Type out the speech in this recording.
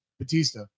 Batista